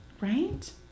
Right